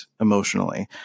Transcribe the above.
emotionally